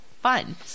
fun